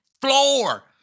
floor